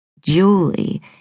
Julie